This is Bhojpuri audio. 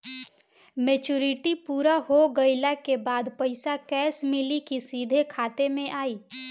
मेचूरिटि पूरा हो गइला के बाद पईसा कैश मिली की सीधे खाता में आई?